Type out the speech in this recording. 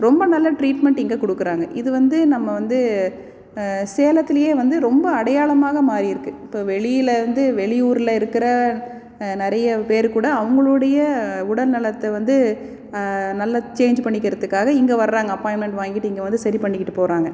ரொம்ப நல்ல ட்ரீட்மெண்ட் இங்கே கொடுக்குறாங்க இது வந்து நம்ம வந்து சேலத்துலேயே வந்து ரொம்ப அடையாளமாக மாறியிருக்கு இப்போ வெளிலேருந்து வெளி ஊரில் இருக்கிற நிறைய பேர் கூட அவங்களுடைய உடல்நலத்தை வந்து நல்ல சேஞ்ச் பண்ணிக்கிறத்துக்காக இங்கே வராங்க அப்பாய்ன்மெண்ட் வாங்கிட்டு இங்கே வந்து சரி பண்ணிக்கிட்டு போகிறாங்க